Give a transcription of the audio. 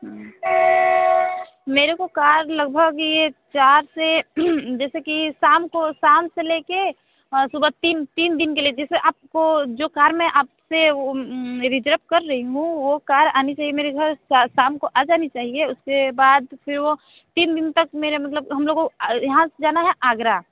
मेरेको कार लगभग ये चार से जैसे कि शामको शाम से लेके और सुबह तीन तीन दिन के लिए जैसे आपको जो कार मैं आपसे मेरी रिजर्व कर रही हूँ वो कार आनी चाहिए मेरे घर शामको आ जानी चाहिए उसके बाद फिर वो तीन दिन तक मेरे मतलब हम लोगों यहाँ से जाना है आगरा